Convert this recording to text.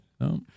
no